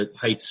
heights